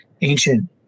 ancient